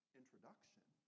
introduction